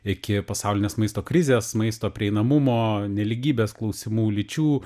iki pasaulinės maisto krizės maisto prieinamumo nelygybės klausimų lyčių